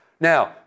Now